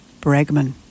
Bregman